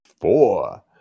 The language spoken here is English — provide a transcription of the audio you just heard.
four